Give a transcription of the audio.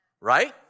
right